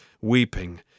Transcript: weeping